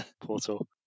portal